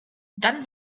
dann